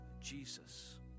Jesus